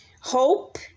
Hope